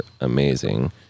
amazing